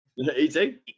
eating